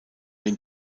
dem